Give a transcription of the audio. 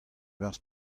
barzh